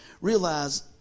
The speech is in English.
realize